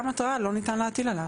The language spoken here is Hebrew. גם התראה לא ניתן להטיל עליו.